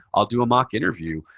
i'll do a mock interview.